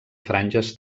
franges